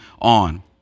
on